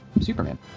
superman